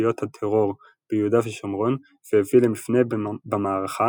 בתשתיות הטרור ביהודה ושומרון והביא למפנה במערכה